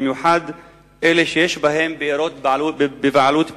במיוחד אלה שיש בהם בארות בבעלות פרטית.